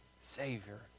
Savior